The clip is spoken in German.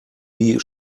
die